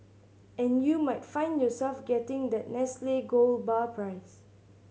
and you might find yourself getting that Nestle gold bar prize